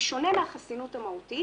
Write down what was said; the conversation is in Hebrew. זה שונה מהחסינות המהותית,